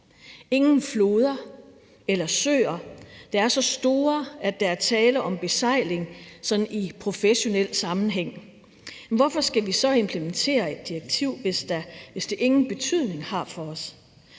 ingen floder eller søer, der er så store, at der er tale om besejling sådan i professionel sammenhæng. Men hvorfor skal vi så implementere et direktiv, hvis det ingen betydning har for os?